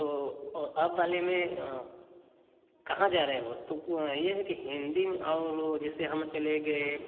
तो अब वाले में कहाँ जा रहे हो तो यह है कि हिंदी में औरों जैसे हम चले गए